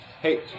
Hey